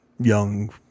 young